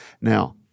Now